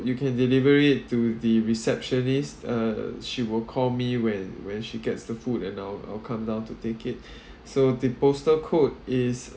you can deliver it to the receptionist uh she will call me when when she gets the food and I'll I'll come down to take it so the postal code is